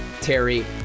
Terry